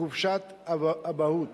חופשת אבהות".